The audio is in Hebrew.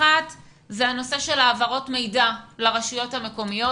נקודה אחת היא הנושא של העברות מידע לרשויות המקומיות.